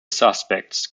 suspects